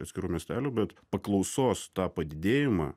atskirų miestelių bet paklausos tą padidėjimą